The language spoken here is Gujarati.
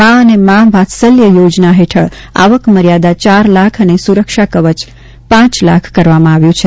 મા અને મા વાત્સલ્ય યોજના હેઠળ આવક મર્યાદા ચાર લાખ અને સૂરક્ષા કવચ પાંચ લાખ કરવામાં આવ્યું છે